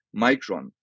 micron